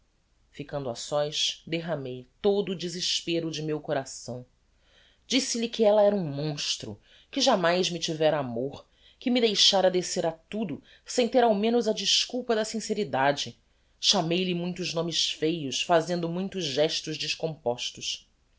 ficando a sós derramei todo o desespero de meu coração disse-lhe que ella era um monstro que jámais me tivera amor que me deixara descer a tudo sem ter ao menos a desculpa da sinceridade chamei-lhe muitos nomes feios fazendo muitos gestos descompostos